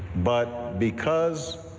but because,